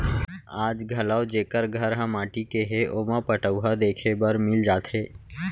आज घलौ जेकर घर ह माटी के हे ओमा पटउहां देखे बर मिल जाथे